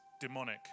demonic